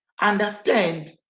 understand